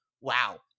wow